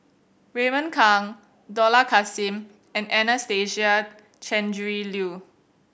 Raymond Kang Dollah Kassim and Anastasia Tjendri Liew